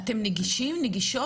אתם נגישים, נגישות?